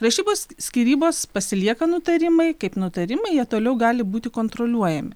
rašybos skyrybos pasilieka nutarimai kaip nutarimai jie toliau gali būti kontroliuojami